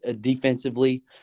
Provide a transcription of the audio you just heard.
defensively